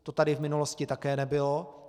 To tady v minulosti také nebylo.